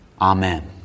Amen